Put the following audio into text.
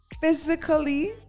Physically